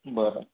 बरं